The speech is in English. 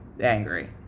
angry